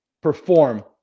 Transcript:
perform